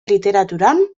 literaturan